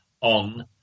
on